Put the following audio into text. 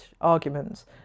arguments